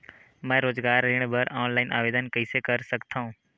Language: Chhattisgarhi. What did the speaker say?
मैं रोजगार ऋण बर ऑनलाइन आवेदन कइसे कर सकथव?